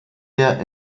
der